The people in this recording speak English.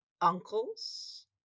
uncles